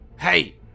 Hey